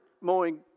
mowing